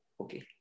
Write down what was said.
Okay